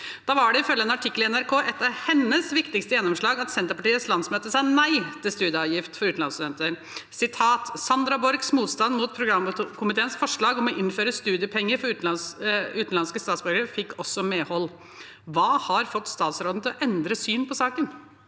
Da var, ifølge en artikkel i NRK, et av hennes viktigste gjennomslag at Senterpartiets landsmøte sa nei til studieavgift for utenlandsstudenter: «Sandra Borchs motstand mot programkomiteens forslag om å innføre studiepenger for utenlandske statsborgere fikk også medhold.» Hva har fått statsråden til å endre syn på saken?